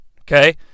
okay